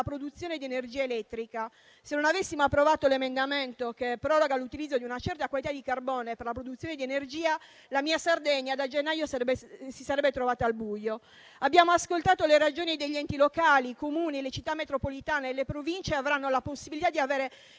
produzione di energia elettrica. Se non avessimo approvato l'emendamento che proroga l'utilizzo di una certa qualità di carbone per la produzione di energia, la mia Sardegna da gennaio si sarebbe trovata al buio. Abbiamo ascoltato le ragioni degli enti locali, i Comuni, le Città metropolitane, le Province avranno la possibilità di avere